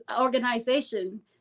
organization